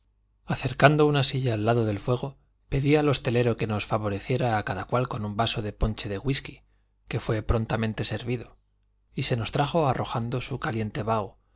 acercando una silla al lado del fuego pedí al hostelero que nos favoreciera a cada cual con un vaso de ponche de whisky que fué prontamente servido y se nos trajo arrojando su caliente vaho